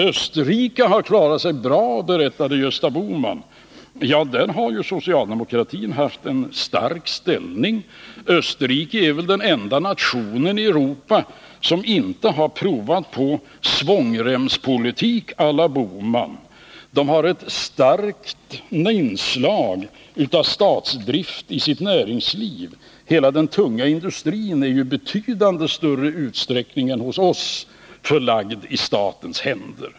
Österrike har klarat sig bra, berättade Gösta Bohman. Ja, där har ju socialdemokratin haft en stark ställning. Österrike är väl den enda nationen i Europa som inte har prövat på svångremspolitik å la Bohman. Landet har ett starkt inslag av statsdrift i sitt näringsliv. Hela den tunga industrin är ju i betydligt större utsträckning än hos oss lagd i statens händer.